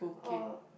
oh